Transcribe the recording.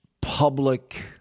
public